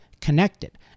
connected